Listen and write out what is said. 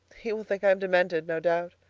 he will think i am demented, no doubt.